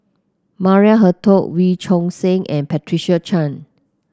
Maria Hertogh Wee Choon Seng and Patricia Chan